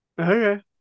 Okay